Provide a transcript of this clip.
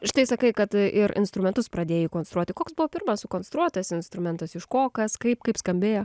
štai sakai kad ir instrumentus pradėjai konstruoti koks buvo pirmas sukonstruotas instrumentas iš ko kas kaip kaip skambėjo